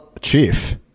Chief